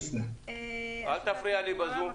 אני קוראת.